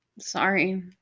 sorry